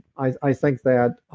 i think that.